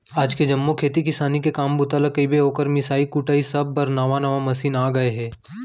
आज के जम्मो खेती किसानी के काम बूता ल कइबे, ओकर मिंसाई कुटई सब बर नावा नावा मसीन आ गए हे